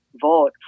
vote